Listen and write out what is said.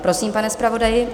Prosím, pane zpravodaji.